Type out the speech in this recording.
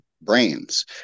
brains